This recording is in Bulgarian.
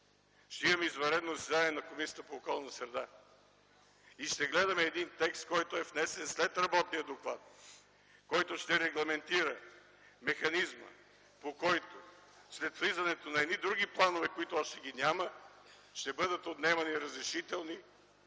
ще имаме извънредно заседание на Комисията по околната среда и водите и ще гледаме един текст, който е внесен след работния доклад, който ще регламентира механизма, по който след влизането на едни други планове, които още ги няма, ще бъдат отнемани разрешителни